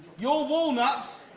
you're walnuts,